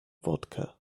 vodka